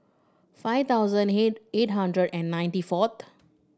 five thousand eight hundred and ninety fouth